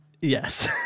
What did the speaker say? Yes